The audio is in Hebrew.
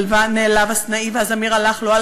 נעלב הסנאי, והזמיר הלך לו.